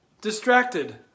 distracted